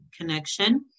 connection